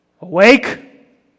Awake